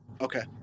Okay